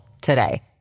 today